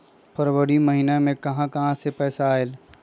फरवरी महिना मे कहा कहा से पैसा आएल?